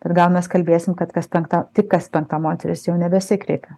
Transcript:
ir gal mes kalbėsim kad kas penkta tik kas penkta moteris jau nebesikreipia